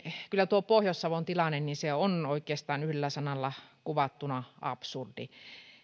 kyllä tuo pohjois savon tilanne on oikeastaan yhdellä sanalla kuvattuna absurdi